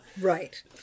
Right